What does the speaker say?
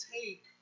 take